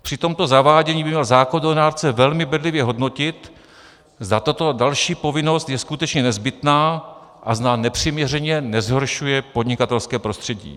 Při tomto zavádění by měl zákonodárce velmi bedlivě hodnotit, zda tato další povinnost je skutečně nezbytná a zda nepřiměřeně nezhoršuje podnikatelské prostředí.